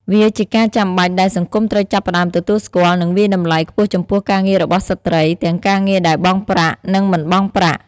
វាជាការចាំបាច់ដែលសង្គមត្រូវចាប់ផ្តើមទទួលស្គាល់ និងវាយតម្លៃខ្ពស់ចំពោះការងាររបស់ស្ត្រី ទាំងការងារដែលបង់ប្រាក់ និងមិនបង់ប្រាក់។